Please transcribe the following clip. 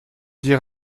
dire